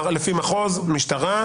לפי מחוז זה גם משטרה.